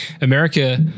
America